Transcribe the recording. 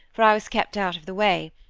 for i was kept out of the way.